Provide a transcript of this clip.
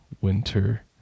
winter